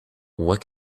what